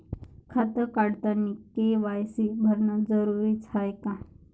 खातं काढतानी के.वाय.सी भरनं जरुरीच हाय का?